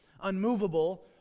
unmovable